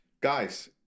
guys